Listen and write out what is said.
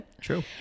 True